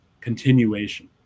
continuation